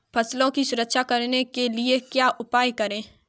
फसलों की सुरक्षा करने के लिए क्या उपाय करें?